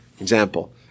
example